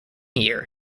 year